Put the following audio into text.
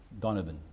Donovan